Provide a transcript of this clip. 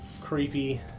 creepy